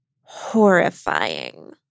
horrifying